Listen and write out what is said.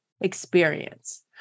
experience